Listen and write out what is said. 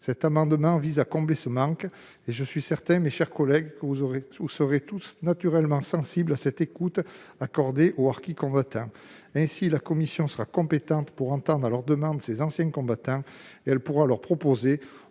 Cet amendement vise à combler ce manque. Je suis certain, mes chers collègues, que vous serez tous naturellement sensibles à cette écoute accordée aux harkis combattants. Ainsi la commission sera-t-elle compétente pour entendre, à leur demande, ces anciens combattants. Elle pourra leur proposer,